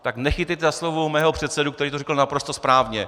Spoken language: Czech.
Tak nechytejte za slovo mého předsedu, který to řekl naprosto správně.